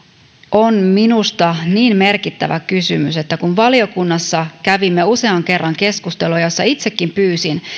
on minusta niin merkittävä kysymys että kun valiokunnassa kävimme usean kerran keskusteluja joissa itsekin pyysin